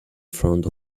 front